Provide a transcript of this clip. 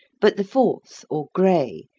but the fourth, or grey,